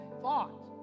thought